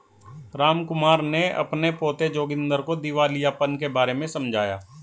रामकुमार ने अपने पोते जोगिंदर को दिवालियापन के बारे में समझाया